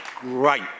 great